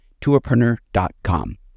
tourpreneur.com